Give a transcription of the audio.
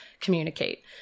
communicate